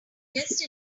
just